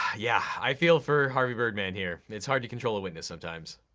yeah, i feel for harvey birdman here. it's hard to control a witness sometimes.